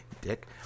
Dick